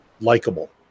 likable